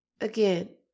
again